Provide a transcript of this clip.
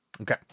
Okay